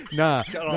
nah